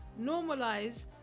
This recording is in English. Normalize